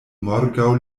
morgaŭ